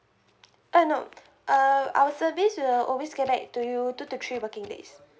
uh no uh our service will always get back to you two to three working days